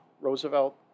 roosevelt